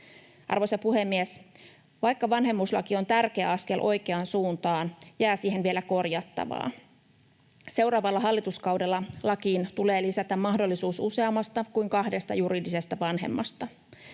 Arvoisa puhemies! Vaikka vanhemmuuslaki on tärkeä askel oikeaan suuntaan, jää siihen vielä korjattavaa. Seuraavalla hallituskaudella lakiin tulee lisätä mahdollisuus useampaan kuin kahteen juridiseen vanhempaan.